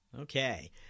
Okay